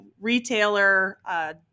retailer